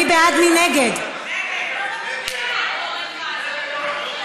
נגד אורן חזן.